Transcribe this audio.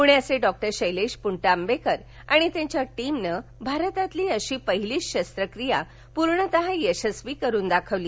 पुण्याचे डॉ शैलेश पुणतांबेकर आणि त्यांच्या टीमनं भारतातील अशी पहिलीच शस्त्रक्रिया पूर्णतः यशस्वी करून दाखवली